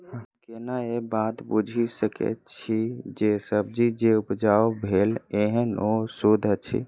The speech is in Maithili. हम केना ए बात बुझी सकैत छी जे सब्जी जे उपजाउ भेल एहन ओ सुद्ध अछि?